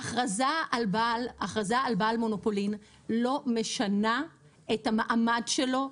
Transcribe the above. הכרזה על בעל מונופולין לא משנה את המעמד שלו,